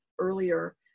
earlier